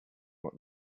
what